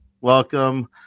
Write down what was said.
Welcome